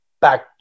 back